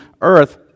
earth